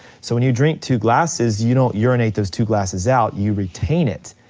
so when you drink two glasses, you don't urinate those two glasses out, you retain it.